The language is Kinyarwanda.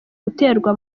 guterwa